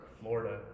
florida